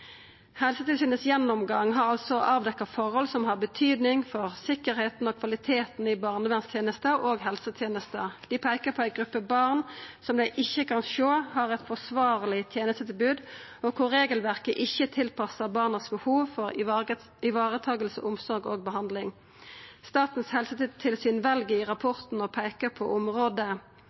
Helsetilsynets gjennomgang har altså avdekt forhold som har betyding for sikkerheita og kvaliteten i barnevernstenesta og helsetenesta. Dei peiker på «en gruppe barn som vi ikke kan se at har et forsvarlig tjenestetilbud, og hvor regelverket ikke er tilpasset barnas behov for ivaretakelse, omsorg og behandling.» Statens helsetilsyn vel i rapporten å peika på